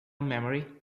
memory